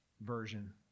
version